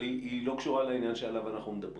אבל היא לא קשורה לעניין שעליו אנחנו מדברים.